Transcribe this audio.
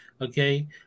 Okay